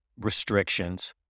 restrictions